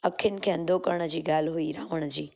अखियुनि खे अंधो करण जी ॻाल्हि हुई रावण जी